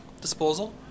disposal